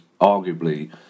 arguably